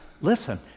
Listen